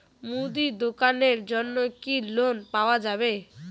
মুদি দোকানের জন্যে কি লোন পাওয়া যাবে?